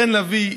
חן לביא,